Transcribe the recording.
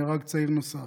נהרג צעיר נוסף,